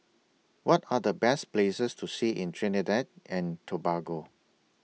What Are The Best Places to See in Trinidad and Tobago